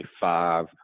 five